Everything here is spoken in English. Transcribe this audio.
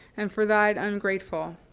and for that i'm grateful.